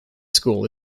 school